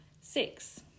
Six